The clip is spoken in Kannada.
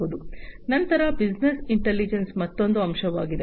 ನಂತರ ಬಿಸಿನೆಸ್ ಇಂಟಲಿಜೆನ್ಸ್ ಮತ್ತೊಂದು ಅಂಶವಾಗಿದೆ